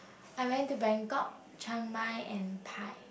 I went to Bangkok Chiangmai and Pai